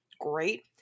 great